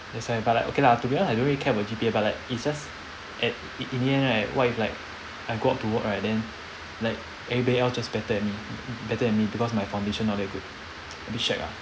that's why but like okay lah to be honest I don't really care about G_P_A but like it's just at in in the end right what if like I go out to work right then like everybody else just better than me better than me because my foundation not that good a bit shag ah